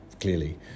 clearly